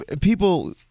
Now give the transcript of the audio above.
People